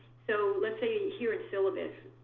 so let's say here in syllabus,